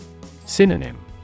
Synonym